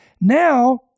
now